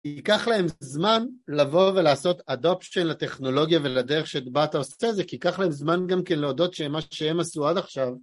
ייקח להם זמן לבוא ולעשות אדופט של הטכנולוגיה ולדרך שבא אתה עושה את זה כי ייקח להם זמן גם כן להודות שמה שהם עשו עד עכשיו